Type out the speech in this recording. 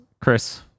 Chris